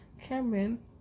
cameron